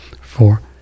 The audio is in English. four